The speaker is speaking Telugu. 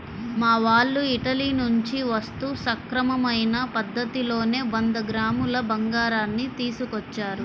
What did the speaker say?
మా వాళ్ళు ఇటలీ నుంచి వస్తూ సక్రమమైన పద్ధతిలోనే వంద గ్రాముల బంగారాన్ని తీసుకొచ్చారు